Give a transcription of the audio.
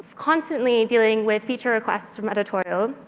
constantly dealing with feature requests from editorial,